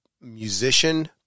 musician